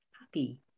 happy